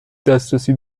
دسترسی